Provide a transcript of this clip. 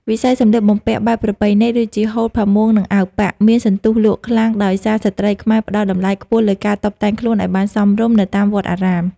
វិស័យសម្លៀកបំពាក់បែបប្រពៃណី ដូចជាហូល ផាមួង និងអាវប៉ាក់ មានសន្ទុះលក់ខ្លាំងដោយសារស្ត្រីខ្មែរផ្តល់តម្លៃខ្ពស់លើការតុបតែងខ្លួនឱ្យបានសមរម្យនៅតាមវត្តអារាម។